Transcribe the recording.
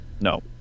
No